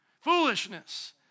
Foolishness